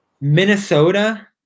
minnesota